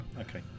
Okay